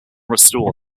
restore